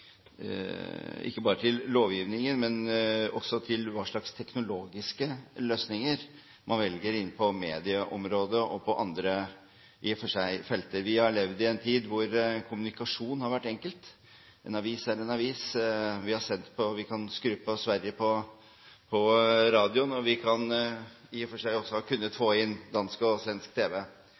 ikke bare til lovgivningen, men også til hva slags teknologiske løsninger man velger innen medieområdet og på andre felter: Vi har levd i en tid hvor kommunikasjon har vært enkelt. En avis er en avis, vi kan skru på Sverige på radioen, og vi har i og for seg kunnet få inn dansk og svensk tv.